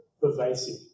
pervasive